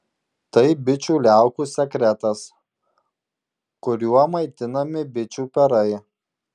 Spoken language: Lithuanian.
tai bičių liaukų sekretas kuriuo maitinami bičių perai